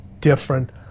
different